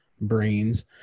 brains